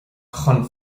chun